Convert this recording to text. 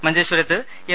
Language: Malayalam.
മഞ്ചേശ്വരത്ത് എം